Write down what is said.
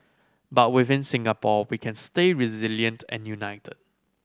but within Singapore we can stay resilient and united